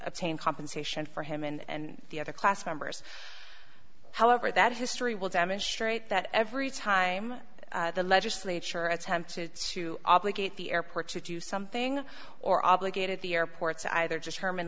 obtain compensation for him and the other class members however that history will demonstrate that every time the legislature attempted to obligate the airport to do something or obligated the airport's either